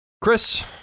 Chris